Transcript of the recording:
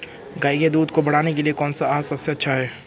गाय के दूध को बढ़ाने के लिए कौनसा आहार सबसे अच्छा है?